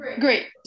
Great